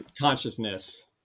consciousness